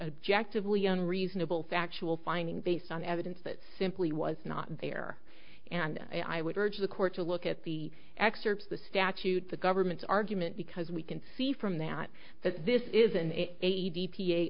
objective leon reasonable factual finding based on evidence that simply was not there and i would urge the court to look at the excerpts the statute the government's argument because we can see from that that this isn't a